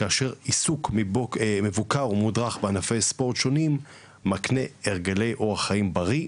כאשר עיסוק מבוקר ומודרך בענפי ספורט שונים מקנה הרגלי אורח חיים בריא,